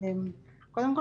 קודם כול,